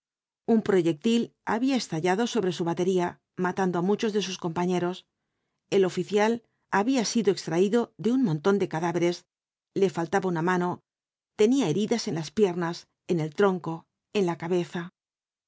un proyectil había estallado sobre su batería matando á muchos de sus compañeros el oficial había sido extraído de un montón de cadáveres le faltaba una mano tenía heridas en las piernas en el tronco en la cabeza